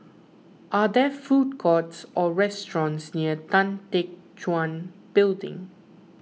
are there food courts or restaurants near Tan Teck Guan Building